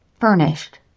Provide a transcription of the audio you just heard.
furnished